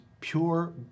pure